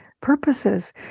purposes